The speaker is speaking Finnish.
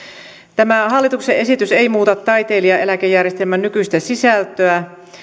tämä hallituksen esitys ei muuta taiteilijaeläkejärjestelmän nykyistä sisältöä